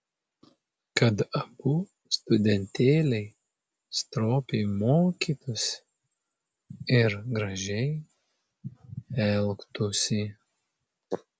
kad abu studentėliai stropiai mokytųsi ir gražiai elgtųsi